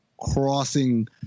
crossing